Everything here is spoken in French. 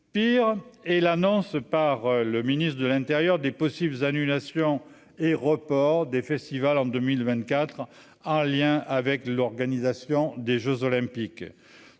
pire et l'annonce par le ministre de l'Intérieur des possibles annulations et reports des festivals en 2024 en lien avec l'organisation des Jeux olympiques,